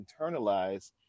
internalize